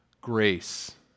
Grace